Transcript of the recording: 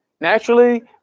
Naturally